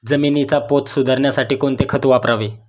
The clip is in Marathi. जमिनीचा पोत सुधारण्यासाठी कोणते खत वापरावे?